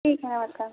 ठीक है नमस्कार